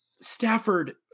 Stafford